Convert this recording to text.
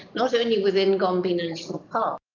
not only within gombe national park